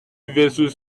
vessels